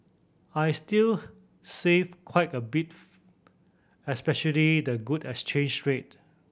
I'll still save quite a bit especially the good exchange rate